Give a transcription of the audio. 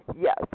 yes